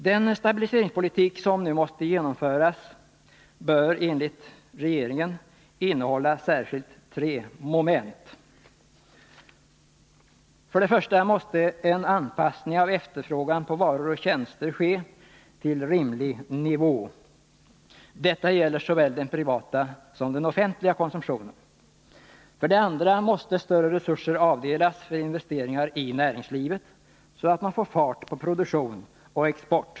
Den stabiliseringspolitik som nu måste genomföras bör enligt regeringen innehålla särskilt tre moment: För det första måste en anpassning av efterfrågan på varor och tjänster ske till rimlig nivå. Detta gäller såväl den privata som den offentliga konsumtionen. För det andra måste större resurser avdelas för investeringar i näringslivet, så att man får fart på produktion och export.